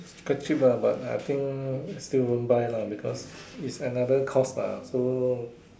quite cheap lah but I think I still won't buy lah because is another cost lah so